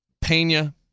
Pena